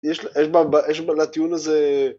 יש לטיעון הזה..